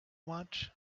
much